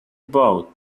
bought